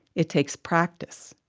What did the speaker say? it takes practice,